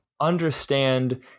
understand